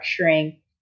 structuring